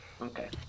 Okay